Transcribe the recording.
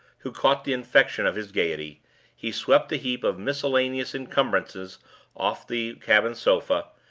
who caught the infection of his gayety he swept a heap of miscellaneous incumbrances off the cabin sofa,